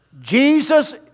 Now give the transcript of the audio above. Jesus